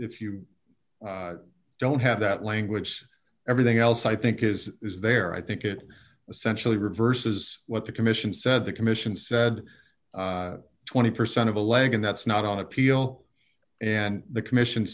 if you don't have that language everything else i think is is there i think it essentially reverses what the commission said the commission said twenty percent of a leg and that's not on appeal and the commission